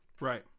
right